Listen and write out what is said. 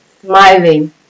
smiling